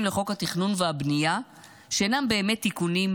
לחוק התכנון והבנייה שאינם באמת תיקונים,